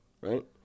right